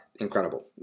incredible